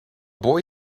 boy